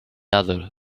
other